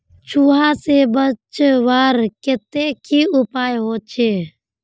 चूहा से बचवार केते की उपाय होचे?